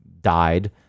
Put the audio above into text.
died